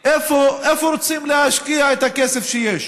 איפה רוצים להשקיע את הכסף שיש.